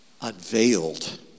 unveiled